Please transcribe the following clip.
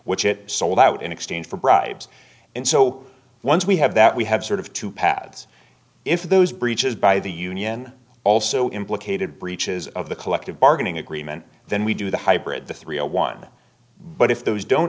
which it sold out in exchange for bribes and so once we have that we have sort of two pads if those breaches by the union also implicated breaches of the collective bargaining agreement then we do the hybrid the thirty one but if those don't